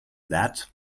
that